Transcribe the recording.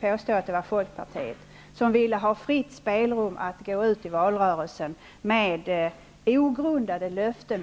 påstår inte att det var Folkpartiet -- som ville ha fritt spelrum att gå ut i valrörelsen med ogrundade löften.